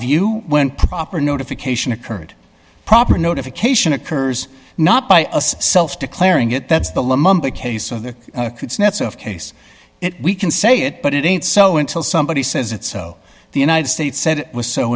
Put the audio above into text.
view when proper notification occurred proper notification occurs not by self declaring it that's the case of the case we can say it but it ain't so until somebody says it so the united states said it was so